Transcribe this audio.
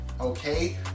okay